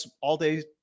all-day